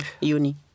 uni